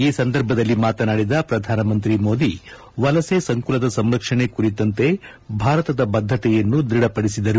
ಈ ಸಂದರ್ಭದಲ್ಲಿ ಮಾತನಾಡಿದ ಪ್ರಧಾನಮಂತ್ರಿ ಮೋದಿ ವಲಸೆ ಸಂಕುಲದ ಸಂರಕ್ಷಣೆ ಕುರಿತಂತೆ ಭಾರತದ ಬದ್ಗತೆಯನ್ನು ದೃಢಪಡಿಸಿದರು